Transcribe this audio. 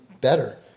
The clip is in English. better